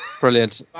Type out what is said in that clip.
Brilliant